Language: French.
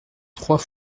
trois